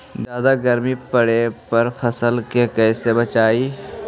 जादा गर्मी पड़े पर फसल के कैसे बचाई?